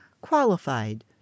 qualified